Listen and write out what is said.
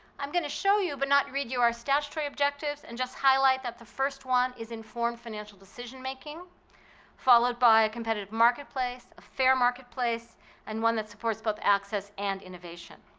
i'm going to show you but not read you our statutory objectives and just highlight that the first one is informed financial decision making followed by competitive marketplace, a fair marketplace and one that supports both access and innovation.